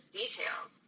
details